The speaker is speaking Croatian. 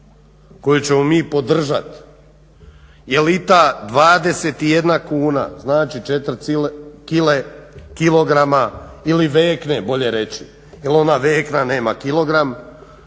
koju ćemo mi podržati jer i ta 21 kuna znači 4 kg ili vekne jer ona vekna nema kilogram,